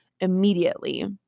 immediately